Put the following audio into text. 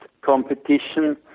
competition